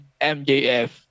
MJF